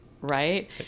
Right